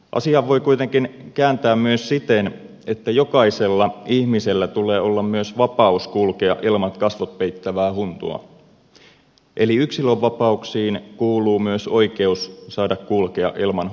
asian voi kuitenkin kääntää myös siten että jokaisella ihmisellä tulee olla myös vapaus kulkea ilman kasvot peittävää huntua eli yksilönvapauksiin kuuluu myös oikeus saada kulkea ilman huntua